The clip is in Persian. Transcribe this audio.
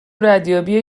ردیابی